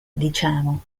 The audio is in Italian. diciamo